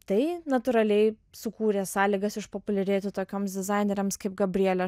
tai natūraliai sukūrė sąlygas išpopuliarėti tokioms dizainerėms kaip gabrielė